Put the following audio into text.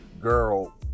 girl